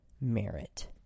merit